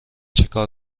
چیکار